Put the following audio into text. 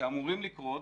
שאמורים לקרות,